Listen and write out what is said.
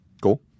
Cool